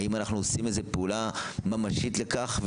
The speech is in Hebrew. האם אנחנו עושים איזו פעולה ממשית לכך?